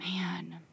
Man